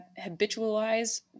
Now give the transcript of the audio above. habitualize